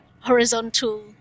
horizontal